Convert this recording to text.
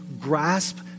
grasp